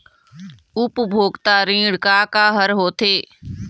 उपभोक्ता ऋण का का हर होथे?